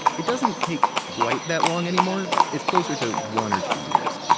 it doesn't take quite that long anymore. it's closer to one or two years.